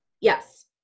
Yes